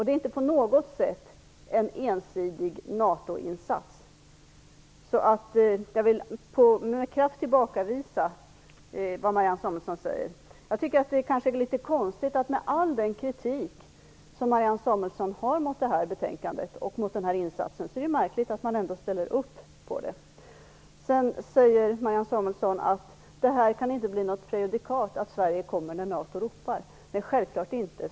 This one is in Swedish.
Det är inte på något sätt en ensidig NATO-insats. Jag vill alltså med kraft tillbakavisa det som Marianne Samuelsson säger. Jag tycker att det är litet konstigt att Miljöpartiet, efter all den kritik som Marianne Samuelsson riktar mot betänkandet och mot den här insatsen, ändå ställer sig bakom den. Marianne Samuelsson säger också att det här inte kan bli något prejudikat, så att Sverige kommer när NATO ropar. Nej, självklart inte.